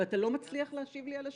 ואתה לא מצליח להשיב לי על השאלה.